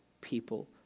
people